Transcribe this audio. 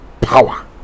Power